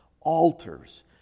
altars